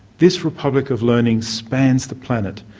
this republic of learning spans the planet,